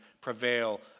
prevail